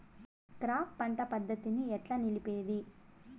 Crop పంట పద్ధతిని ఎట్లా నిలిపేది?